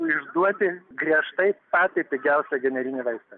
išduoti griežtai patį pigiausią generinį vaistą